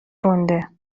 رونده